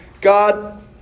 God